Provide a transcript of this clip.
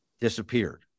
disappeared